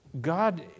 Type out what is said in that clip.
God